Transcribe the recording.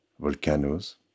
volcanoes